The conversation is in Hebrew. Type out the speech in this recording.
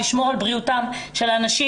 לשמור על בריאות של האנשים.